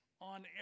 on